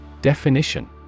Definition